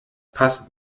passt